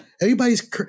everybody's